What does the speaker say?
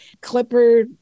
clipper